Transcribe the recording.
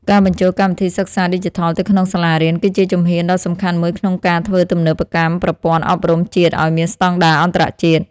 ការបញ្ចូលកម្មវិធីសិក្សាឌីជីថលទៅក្នុងសាលារៀន គឺជាជំហានដ៏សំខាន់មួយក្នុងការធ្វើទំនើបកម្មប្រព័ន្ធអប់រំជាតិឱ្យមានស្តង់ដារអន្តរជាតិ។